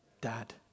dad